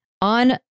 On